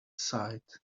sighed